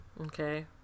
Okay